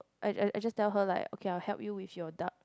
I I I just tell her like okay I'll help you with your dark